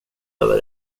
över